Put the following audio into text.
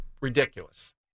ridiculous